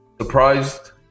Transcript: surprised